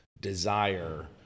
desire